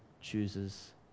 chooses